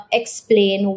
explain